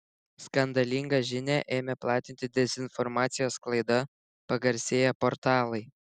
skandalingą žinią ėmė platinti dezinformacijos sklaida pagarsėję portalai